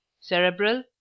cerebral